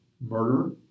murder